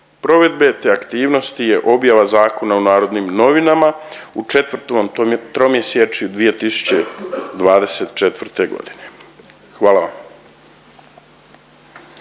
provedbe te aktivnosti je objava zakona u Narodnim novinama u četvrtom tromjesečju 2024.g.. Hvala vam.